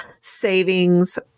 savings